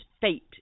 fate